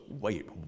wait